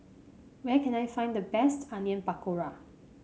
where can I find the best Onion Pakora